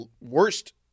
worst